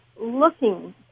looking